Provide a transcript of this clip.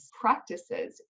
practices